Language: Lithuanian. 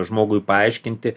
žmogui paaiškinti